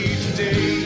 today